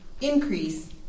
increase